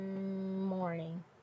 Morning